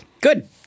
Good